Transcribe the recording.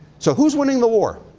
so, who's winning the war?